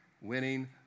winning